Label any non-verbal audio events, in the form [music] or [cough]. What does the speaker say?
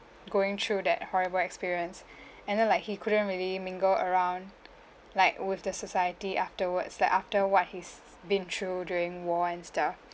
going through that horrible experience [breath] and then like he couldn't really mingle around like with the society afterwards like after what he's been through during war and stuff